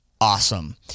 awesome